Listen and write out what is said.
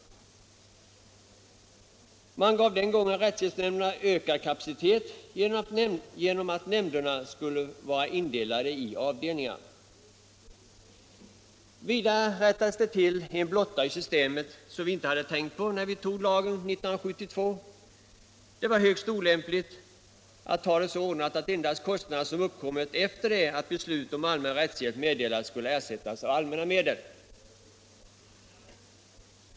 Man gav den gången rättshjälpsnämnderna ökad kapacitet genom att indela nämnderna i avdelningar. Vidare rättades det till en blotta i systemet, som vi inte hade tänkt på när vi antog lagen 1972. Det var högst olämpligt att ha det så ordnat att endast kostnad som uppkommit efter det att beslut om allmän rättshjälp meddelats skulle ersättas av allmänna medel.